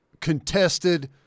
contested